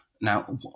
Now